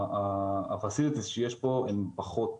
הפסיליטיז שיש אצלנו פחות